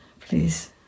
please